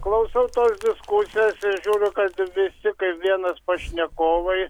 klausau tos diskusijos ir žiūriu kad visi kaip vienas pašnekovai